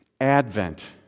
Advent